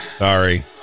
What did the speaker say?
Sorry